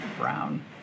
Brown